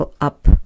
up